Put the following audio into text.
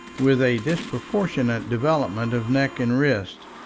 with a disproportionate development of neck and wrist,